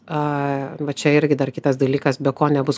a va čia irgi dar kitas dalykas be ko nebus